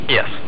Yes